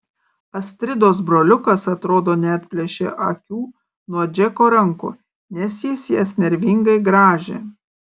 astridos broliukas atrodo neatplėšė akių nuo džeko rankų nes jis jas nervingai grąžė